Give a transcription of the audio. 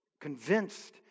convinced